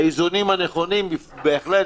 באיזונים הנכונים, בהחלט.